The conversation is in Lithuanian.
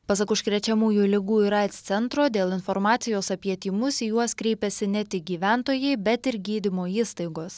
pasak užkrečiamųjų ligų ir aids centro dėl informacijos apie tymus į juos kreipiasi ne tik gyventojai bet ir gydymo įstaigos